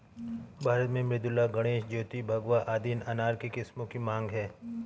भारत में मृदुला, गणेश, ज्योति, भगवा आदि अनार के किस्मों की मांग है